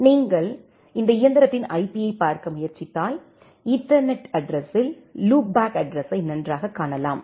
எனவே நீங்கள் இந்த இயந்திரத்தின் ஐபியை பார்க்க முயற்சித்தால் ஈத்தர்நெட் அட்ட்ரஸ்ஸில் லூப் பேக் அட்ட்ரஸ்யை நன்றாகக் காணலாம்